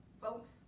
folks